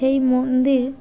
সেই মন্দির